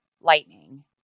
lightning